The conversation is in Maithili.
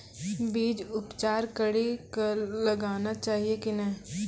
बीज उपचार कड़ी कऽ लगाना चाहिए कि नैय?